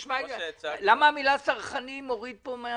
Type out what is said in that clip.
למה המילה צרכני מורידה כאן?